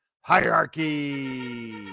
Hierarchy